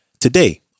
today